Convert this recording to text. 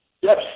Yes